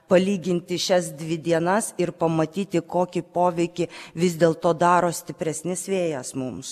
palyginti šias dvi dienas ir pamatyti kokį poveikį vis dėlto daro stipresnis vėjas mums